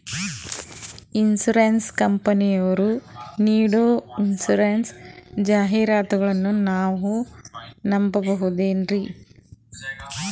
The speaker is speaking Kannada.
ಇನ್ಸೂರೆನ್ಸ್ ಕಂಪನಿಯರು ನೀಡೋ ಇನ್ಸೂರೆನ್ಸ್ ಜಾಹಿರಾತುಗಳನ್ನು ನಾವು ನಂಬಹುದೇನ್ರಿ?